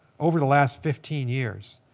over the last fifteen years,